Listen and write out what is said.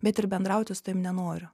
bet ir bendrauti su tavim nenoriu